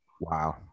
Wow